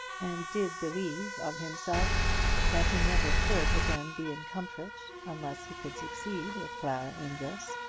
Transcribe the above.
and did believe of himself that he never could again be in comfort unless he could succeed with clara amedroz.